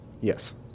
Yes